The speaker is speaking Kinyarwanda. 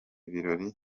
birori